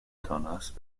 donas